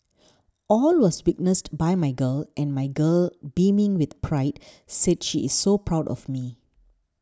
all was witnessed by my girl and my girl beaming with pride said she is so proud of me